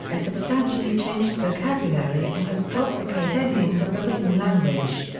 a substantially changed vocabulary and has dropped the case endings of the written language.